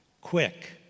Quick